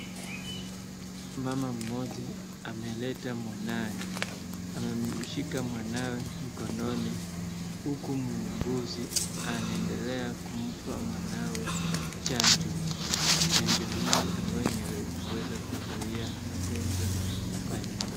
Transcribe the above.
Mmama mmoja ameleta mwanawe, amemshika mwanawe mkononi huku muuguzi anaendelea kumpa mwanawe chanjo, chanjo hii ambayo ni ya magonjwa mbali mbali.